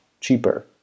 cheaper